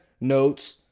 notes